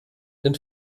den